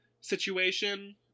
situation